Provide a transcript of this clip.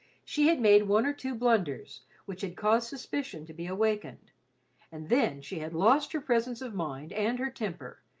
she had made one or two blunders which had caused suspicion to be awakened and then she had lost her presence of mind and her temper,